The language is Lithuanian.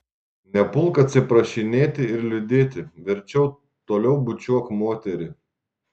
nepulk atsiprašinėti ir liūdėti verčiau toliau bučiuok moterį